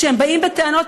כשהם באים בטענות,